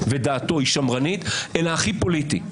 שאלה בתי משפט שעוסקים פר אקסלנס בסוגיות מקצועיות בכל תחומי המשפט.